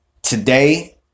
Today